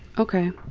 okay.